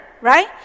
right